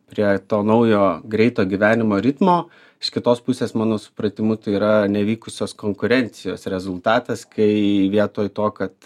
prie to naujo greito gyvenimo ritmo iš kitos pusės mano supratimu tai yra nevykusios konkurencijos rezultatas kai vietoj to kad